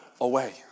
away